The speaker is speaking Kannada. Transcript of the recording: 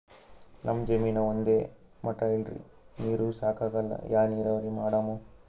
ನಮ್ ಜಮೀನ ಒಂದೇ ಮಟಾ ಇಲ್ರಿ, ನೀರೂ ಸಾಕಾಗಲ್ಲ, ಯಾ ನೀರಾವರಿ ಮಾಡಮು?